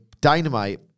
Dynamite